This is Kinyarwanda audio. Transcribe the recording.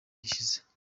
gishize